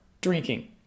drinking